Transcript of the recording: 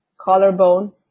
collarbone